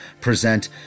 present